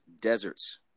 deserts